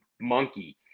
monkey